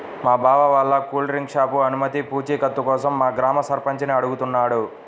మా బావ వాళ్ళ కూల్ డ్రింక్ షాపు అనుమతి పూచీకత్తు కోసం మా గ్రామ సర్పంచిని అడుగుతున్నాడు